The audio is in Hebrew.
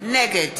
נגד